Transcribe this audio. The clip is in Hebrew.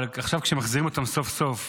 אבל עכשיו, כשמחזירים אותם סוף-סוף,